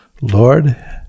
Lord